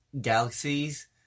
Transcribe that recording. galaxies